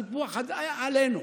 סיפוח, עלינו.